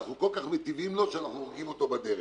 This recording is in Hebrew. אנחנו כל כך מיטיבים לו שאנחנו הורגים אותו בדרך.